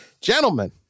Gentlemen